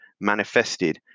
manifested